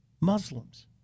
Muslims